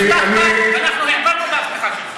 כי הבטחת ואנחנו הבנו את ההבטחה שלך.